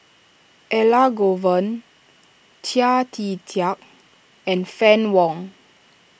Elangovan Chia Tee Chiak and Fann Wong